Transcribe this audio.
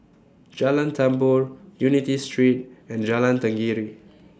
Jalan Tambur Unity Street and Jalan Tenggiri